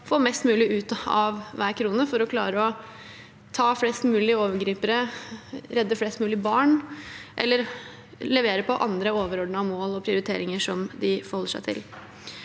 får mest mulig ut av hver krone, for å klare å ta flest mulig overgripere, redde flest mulig barn eller levere på andre overordnede mål og prioriteringer som de forholder seg til.